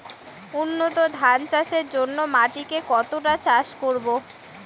উন্নত ধান চাষের জন্য মাটিকে কতটা চাষ করব?